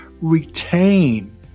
retain